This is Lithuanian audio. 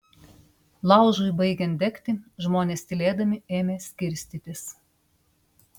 laužui baigiant degti žmonės tylėdami ėmė skirstytis